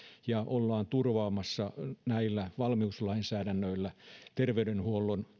ja ollaan turvaamassa näillä valmiuslainsäädännöillä terveydenhuollon